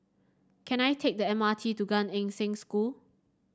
can I take the M R T to Gan Eng Seng School